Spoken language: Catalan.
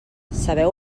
sabeu